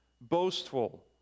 boastful